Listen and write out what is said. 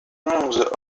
onze